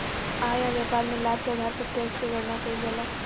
आय या व्यापार में लाभ के आधार पर टैक्स क गणना कइल जाला